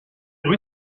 rue